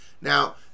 Now